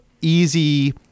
easy